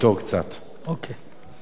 תודה לחבר הכנסת נסים זאב.